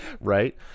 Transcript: right